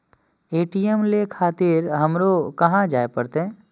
ATM ले खातिर हमरो कहाँ जाए परतें?